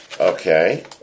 Okay